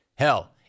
hell